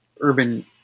urban